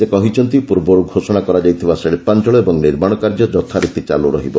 ସେ କହିଛନ୍ତି ପୂର୍ବରୁ ଘୋଷଣା କରାଯାଇଥିବା ଶିଳ୍ପାଞ୍ଚଳ ଓ ନିର୍ମାଣ କାର୍ଯ୍ୟ ଯଥାରୀତି ଚାଲୁ ରହିବ